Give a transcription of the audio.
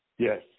Yes